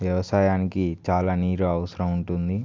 వ్యవసాయానికి చాలా నీరు అవసరం ఉంటుంది